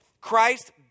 Christ